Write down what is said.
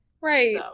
Right